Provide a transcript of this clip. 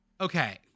Okay